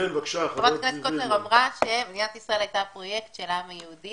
חברת הכנסת וונש אמרה שמדינת ישראל הייתה הפרויקט של העם היהודי,